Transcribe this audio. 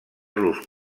los